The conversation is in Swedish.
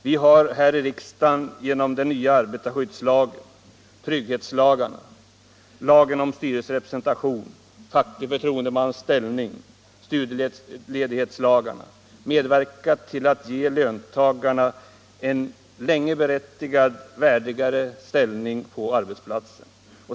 Vi har här i riksdagen genom den nya arbetarskyddslagen, trygghetslagarna, lagen om styrelserepresentation, lagen om facklig förtroendemans ställning och studieledighetslagarna medverkat till att ge löntagarna en sedan länge berättigad värdigare ställning på arbetsplatsen.